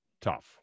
tough